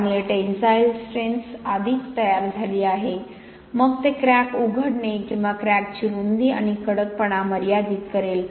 त्यामुळे tensile strengths आधीच तयार झाली आहे मग ते क्रॅक उघडणे किंवा क्रॅकची रुंदी आणि कडकपणा मर्यादित करेल